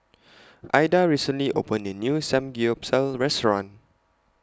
Aida recently opened A New Samgeyopsal Restaurant